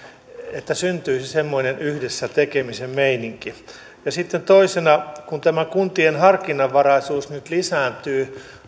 että syntyisi semmoinen yhdessä tekemisen meininki sitten toisena kun tämä kuntien harkinnanvaraisuus nyt lisääntyy